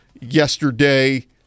yesterday